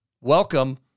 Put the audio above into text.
welcome